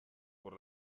por